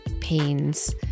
pains